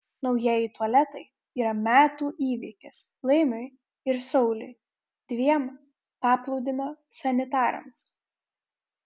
naujieji tualetai yra metų įvykis laimiui ir sauliui dviem paplūdimio sanitarams